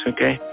Okay